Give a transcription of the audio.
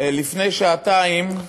לפני שעתיים,